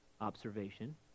observation